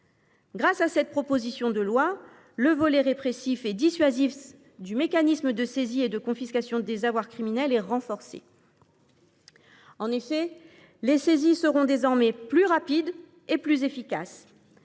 Grâce à cette proposition de loi, le volet répressif et dissuasif du mécanisme de saisie et de confiscation des avoirs criminels est renforcé. Les saisies seront désormais plus rapides, plus efficaces,